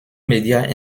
médias